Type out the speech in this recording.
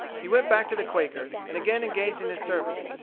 he went back to the quaker's, and again engaged in his service,